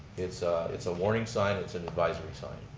it's ah it's a warning sign, it's an advisory sign.